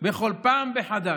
בכל פעם מחדש.